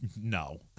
No